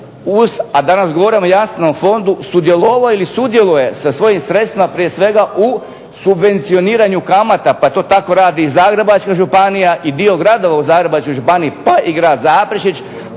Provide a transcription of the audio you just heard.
a danas govorimo jasno o fondu, sudjelovao ili sudjeluje sa svojim sredstvima prije svega u subvencioniranju kamata. Pa to tako radi i Zagrebačka županija i dio gradova u Zagrebačkoj županiji pa i grad Zaprešić.